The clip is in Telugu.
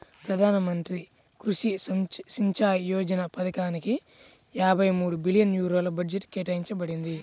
ప్రధాన మంత్రి కృషి సించాయ్ యోజన పథకానిక యాభై మూడు బిలియన్ యూరోల బడ్జెట్ కేటాయించబడింది